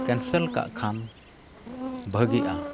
cancel ᱠᱟᱜ ᱠᱷᱟᱱ ᱵᱷᱟᱹᱜᱤᱜᱼᱟ